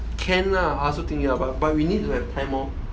can lah I also think ya but we need to have time lor